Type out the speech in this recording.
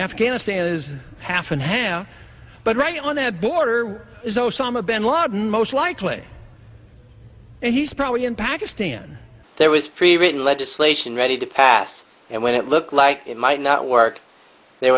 afghanistan is half and half but right on the border is osama bin ladin most likely he's probably in pakistan there was pre written legislation ready to pass and when it looked like it might not work there